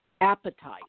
appetite